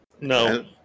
No